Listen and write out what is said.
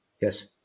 Yes